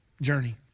journey